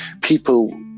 people